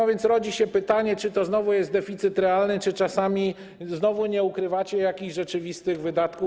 A więc rodzi się pytanie: Czy to jest deficyt realny, czy czasami znowu nie ukrywacie jakichś rzeczywistych wydatków?